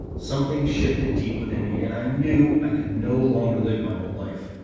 something shifted deep within me and i knew i could no longer live my old life.